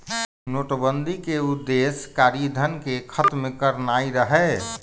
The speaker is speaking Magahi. नोटबन्दि के उद्देश्य कारीधन के खत्म करनाइ रहै